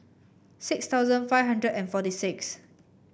six thousand five hundred and forty six